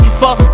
fuck